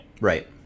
Right